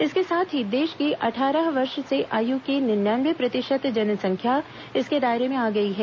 इसके साथ ही देश की अट्ठारह वर्ष से आय् की निन्यानवे प्रतिशत जनसंख्या इसके दायरे में आ ग ई है